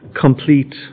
complete